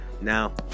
Now